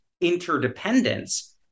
interdependence